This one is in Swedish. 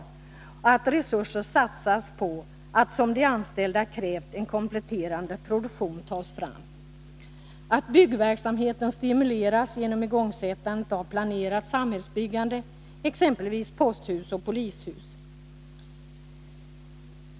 Resurser måste satsas på att, som de anställda krävt, en kompletterande produktion tas fram. Byggverksamheten kan stimuleras genom igångsättandet av planerat samhällsbyggande, exempelvis när det gäller byggandet av posthus och polishus.